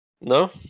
no